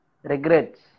Regrets